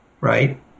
right